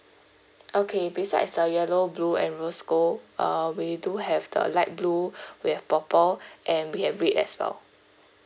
okay besides the yellow blue and rose gold uh we do have the light blue with purple and we have red as well